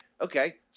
okay